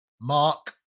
Mark